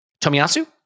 Tomiyasu